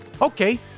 okay